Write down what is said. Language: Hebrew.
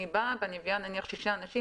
אני מביאה שישה אנשים,